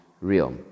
real